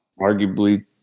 arguably